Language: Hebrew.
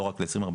לא רק ב-2040,